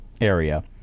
area